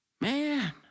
Man